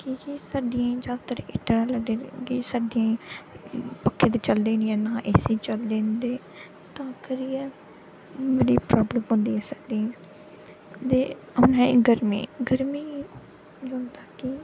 की जे सर्दियें च जैदातर हीटर गै लगदे ते की जे सर्दियें च पक्खे ते चलदे निं हैन ए सी चलदे न ते तां करियै इ'यै नेही प्राब्लम बनदी ऐ सर्दियें च ते हुन ऐ गर्मी गर्मी कि